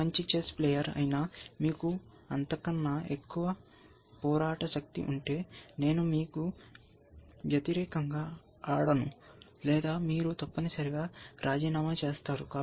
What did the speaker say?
ఏ మంచి chess player అయినా మీకు అంతకన్నా ఎక్కువ పోరాట శక్తి ఉంటే నేను మీకు వ్యతిరేకంగా ఆడను లేదా మీరు తప్పనిసరిగా రాజీనామా చేస్తారు